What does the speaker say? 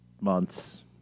months